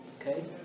Okay